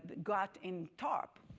got in tarp,